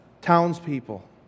townspeople